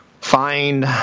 find